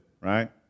Right